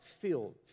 field